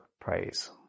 praise